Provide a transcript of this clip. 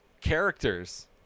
characters